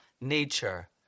nature